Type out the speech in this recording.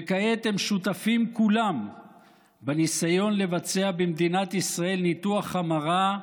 וכעת הם שותפים כולם בניסיון לבצע במדינת ישראל ניתוח המרה,